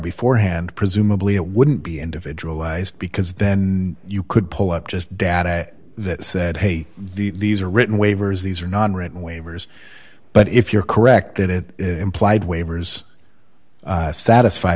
before hand presumably it wouldn't be individualized because then you could pull up just data that said hey these are written waivers these are not written waivers but if you're correct that it implied waivers satisfy